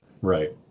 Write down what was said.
Right